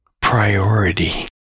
priority